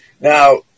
Now